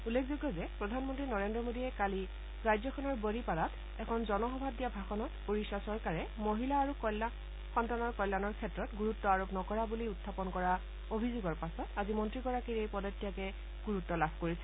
উল্লেখযোগ্য যে প্ৰধানমন্ত্ৰী নৰেন্দ্ৰ মোডীয়ে কালি ৰাজ্যখনৰ বড়িপাৰাত এখন জনসভাত দিয়া ভাষণত ওড়িশা চৰকাৰে মহিলা আৰু কন্যা সন্তানৰ কল্যাণৰ ক্ষেত্ৰত গুৰুত্ব আৰোপ নকৰা বুলি উখাপন কৰা অভিযোগৰ পাছত আজি মন্ত্ৰীগৰাকীৰ এই পদত্যাগে গুৰুত্ব লাভ কৰিছে